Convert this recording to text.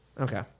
Okay